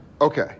Okay